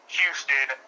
Houston